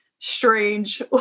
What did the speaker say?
strange